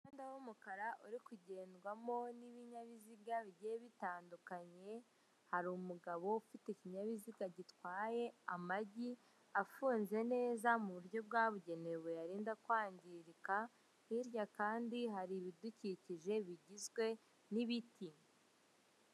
Umuhanda w'umukara uri kugendwamo n'ibinyabiziga bigiye bitandukanye hari umugabo ufite ikinyabiziga gitwaye amagi afunze neza mu buryo bwa bugenewe buyarinda kwangirika hirya kandi hari ibidukikije bigizwe n'ibiti.